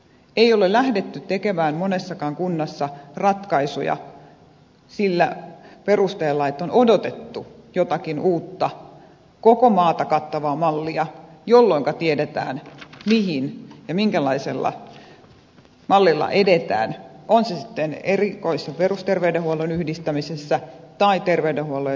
ei ole lähdetty tekemään monessakaan kunnassa ratkaisuja sillä perusteella että on odotettu jotakin uutta koko maata kattavaa mallia jolloinka tiedetään mihin ja minkälaisella mallilla edetään on se sitten erikois ja perusterveydenhuollon yhdistämisessä tai terveydenhuollon ja sosiaalihuollon yhdistämisessä